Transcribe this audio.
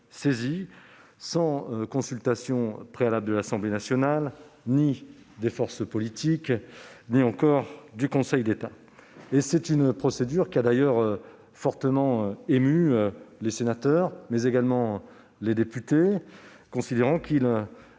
sans consultation préalable de l'Assemblée nationale, ni des forces politiques, ni encore du Conseil d'État. Le procédé a d'ailleurs fortement ému non seulement les sénateurs, mais également les députés, considérant qu'il